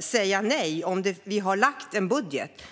säga nej om man har lagt fram en budget.